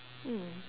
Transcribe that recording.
mm